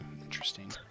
interesting